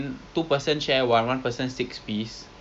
satay sauce soup base I was like !wah! that's kind of cool then maybe we can